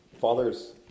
fathers